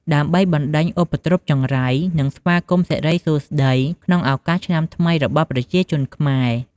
ដើម្បីបណ្តេញឧបទ្រពចង្រៃ និងស្វាគមន៍សិរីសួស្តីក្នុងឱកាសឆ្នាំថ្មីរបស់ប្រជាជនខ្មែរ។